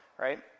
right